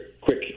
quick